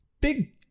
big